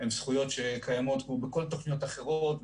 שאלה זכויות שקיימות כמו בכל התוכניות האחרות,